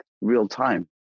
real-time